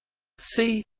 c